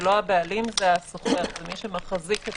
זה לא הבעלים אלא השוכר - מי שמחזיק את